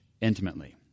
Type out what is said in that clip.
intimately